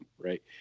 right